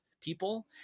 people